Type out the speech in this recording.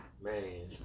Man